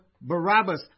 Barabbas